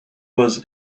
was